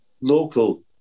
local